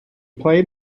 played